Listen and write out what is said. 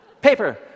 paper